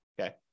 Okay